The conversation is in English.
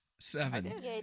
Seven